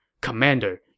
Commander